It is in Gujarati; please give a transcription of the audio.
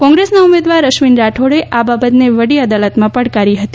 કોંગ્રેસના ઉમેદવાર અશ્વિન રાઠોડે આ બાબતને વડી અદાલતમાં પડકારી હતી